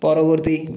পরবর্তী